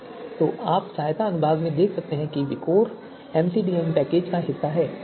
तो आप सहायता अनुभाग में देख सकते हैं कि विकोर MCDM पैकेज का हिस्सा है